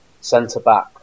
centre-back